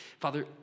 Father